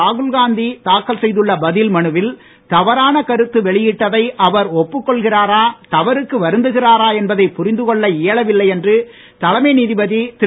ராகுல்காந்தி தாக்கல் செய்துள்ள பதில் மனுவில் தவறான கருத்து வெளியிட்டதை அவர் ஒப்புக் கொள்கிறாரா தவறுக்கு வருந்துகிறாரா என்பதை புரிந்து கொள்ள இயலவில்லை என்று தலைமை நீதிபதி திரு